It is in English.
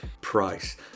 price